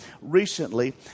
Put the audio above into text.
recently